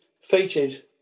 featured